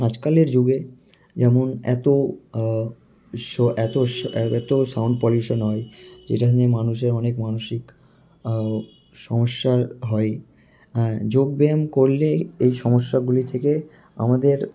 আজকালের যুগে যেমন এত শো এত এত সাউন্ড পলিউশন হয় যে জন্যে মানুষের অনেক মানসিক সমস্যার হয় অ্যা যোগব্যায়াম করলে এই সমস্যাগুলি থেকে আমাদের